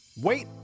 Wait